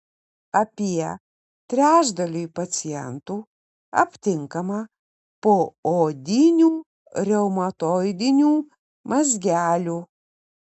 apie trečdaliui pacientų aptinkama poodinių reumatoidinių mazgelių